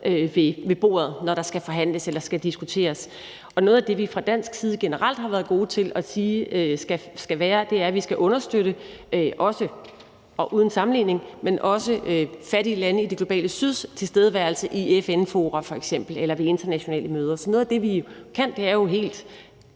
ved bordet, når der skal forhandles eller skal diskuteres. Noget af det, vi fra dansk side generelt har været gode til at sige, er, at vi også skal understøtte – og uden sammenligning – fattige lande i det globale syds tilstedeværelse i f.eks. FN-fora eller ved internationale møder. Så noget af det, vi kan, er jo helt